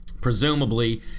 presumably